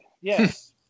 yes